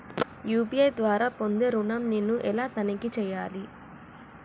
UPI ద్వారా పొందే ఋణం నేను ఎలా తనిఖీ చేయాలి?